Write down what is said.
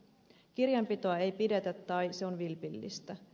kirjanpitoa ei pidetä tai se on vilpillistä